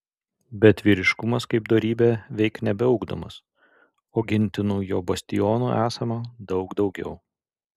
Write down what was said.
bet vyriškumas kaip dorybė veik nebeugdomas o gintinų jo bastionų esama daug daugiau